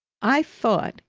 i thought,